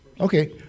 Okay